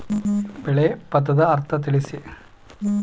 ಬೆಳೆ ಪದದ ಅರ್ಥ ತಿಳಿಸಿ?